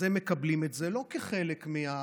אז הם מקבלים את זה לא כחלק מהתמחור,